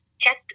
check